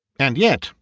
and yet,